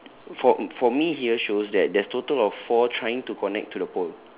for for me here shows that there's total of four trying to connect to the pole